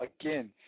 again